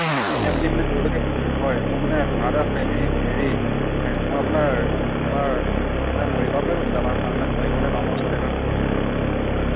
অঁ এনে আপুনি মানে কলৈকে হয় মোৰ মানে ভাড়া এটা আছিল এনেই হেৰি মই আপোনাৰ আমাৰ মই মৰিগাঁৱৰ পৰাই কৈছিলোঁ আমাৰ মানে মৰিগাঁও মানে টাউনৰ ওচৰতে হয় মোৰ ঘৰ